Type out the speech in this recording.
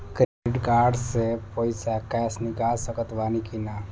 Credit card से पईसा cash निकाल सकत बानी की ना?